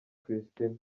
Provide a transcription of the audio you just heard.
kristina